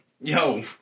Yo